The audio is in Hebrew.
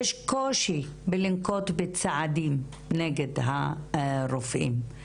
יש קושי בלנקוט בצעדים נגד הרופאים.